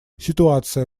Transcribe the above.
ситуация